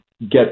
get